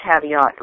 caveat